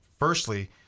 Firstly